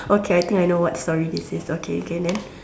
okay I think I know what story this is okay okay then